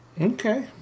Okay